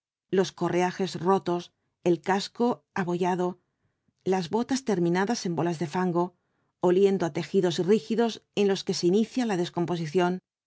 los correajes rotos el casco abollado las botas terminadas en bolas de fango oliendo á tejidos rígidos en los que se inicia la descomposición con